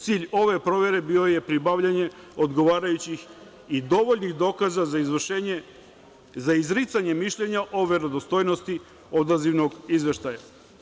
Cilj ove provere bio je pribavljanje odgovarajućih i dovoljnih dokaza za izricanje mišljenja o verodostojnosti odazivnog izveštaja.